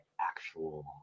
actual